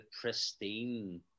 pristine